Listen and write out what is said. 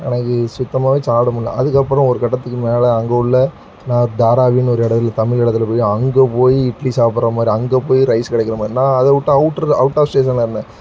எனக்கு சுத்தமாகவே சாப்பிட முடில அதுக்கப்புறோம் ஒரு கட்டத்துக்கு மேலே அங்கே உள்ள நான் தாராவின்னு ஒரு இடம் இருக்குது தமிழ் இடத்துல போய் அங்கே போய் இட்லி சாப்பிட்ற மாதிரி அங்கே போய் ரைஸ் கிடைக்கற மாதிரி நான் அதை விட்டா அவுட்டரு அவுட் ஆஃப் ஸ்டேஷனில் இருந்தேன்